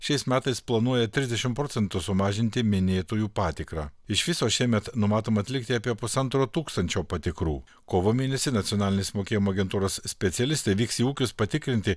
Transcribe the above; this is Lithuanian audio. šiais metais planuoja trisdešimt procentų sumažinti minėtųjų patikrą iš viso šiemet numatoma atlikti apie pusantro tūkstančio patikrų kovo mėnesį nacionalinės mokėjimo agentūros specialistai vyks į ūkius patikrinti